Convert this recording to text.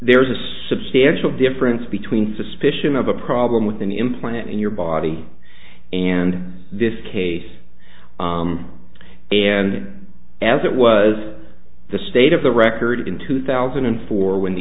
there is a substantial difference between suspicion of a problem with an implant in your body and this case and as it was the state of the record in two thousand and four when the